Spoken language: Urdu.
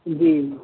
جی